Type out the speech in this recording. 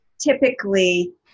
typically